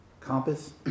Compass